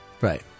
Right